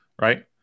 right